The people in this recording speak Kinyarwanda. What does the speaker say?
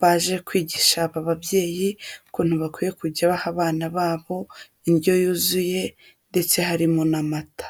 baje kwigisha aba babyeyi ukuntu bakwiye kujya baha abana babo indyo yuzuye ndetse harimo n'amata.